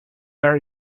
are